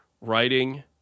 writing